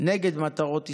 נגד מטרות ישראליות.